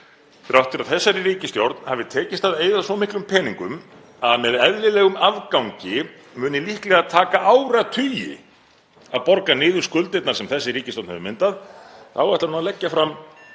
Þrátt fyrir að þessari ríkisstjórn hafi tekist að eyða svo miklum peningum að með eðlilegum afgangi muni líklega taka áratugi að borga niður skuldirnar sem hún hefur myndað ætlar hún að leggja fram